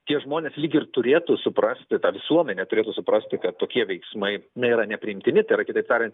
tie žmonės lyg ir turėtų suprasti ta visuomenė turėtų suprasti kad tokie veiksmai nėra nepriimtini tai yra kitaip tarian